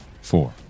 four